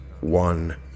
one